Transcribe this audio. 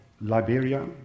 Liberia